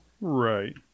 right